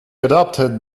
adopted